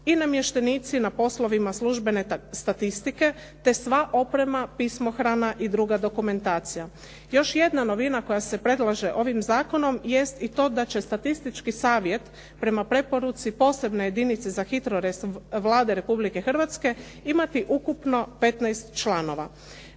i namještenici na poslovima službene statistike te sva oprema, pismohrana i druga dokumentacija. Još jedna novina koja se predlaže ovim zakonom jest i to da će statistički savjet prema preporuci posebne jedinice za HITROREZ Vlade Republike Hrvatske imati ukupno 15 članova.